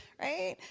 right?